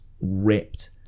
ripped